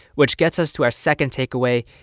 which gets us to our second takeaway,